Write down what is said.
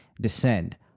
descend